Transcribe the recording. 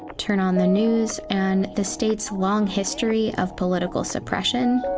turn on the news, and the state's long history of political suppression